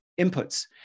inputs